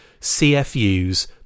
CFUs